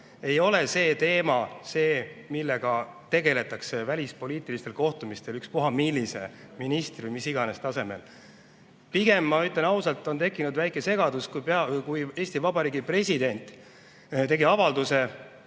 ei ole teema, millega tegeletakse välispoliitilistel kohtumistel ükspuha millise ministri või mis iganes tasemel. Pigem, ma ütlen ausalt, on tekkinud väike segadus sellest, et Eesti Vabariigi president tegi avalduse,